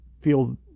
feel